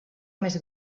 més